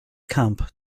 camp